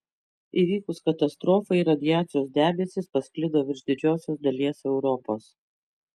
įvykus katastrofai radiacijos debesys pasklido virš didžiosios dalies europos